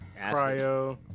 cryo